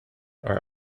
are